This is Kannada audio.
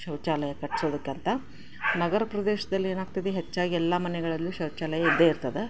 ಶೌಚಾಲಯ ಕಟ್ಸೋದಕ್ಕಂತ ನಗರ ಪ್ರದೇಶದಲ್ಲಿ ಏನಾಗ್ತದೆ ಹೆಚ್ಚಾಗಿ ಎಲ್ಲ ಮನೆಗಳಲ್ಲೂ ಶೌಚಾಲಯ ಇದ್ದೇ ಇರ್ತದೆ